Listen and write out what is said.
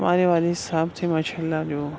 ہمارے والد صاحب تھے ماشاء اللہ جو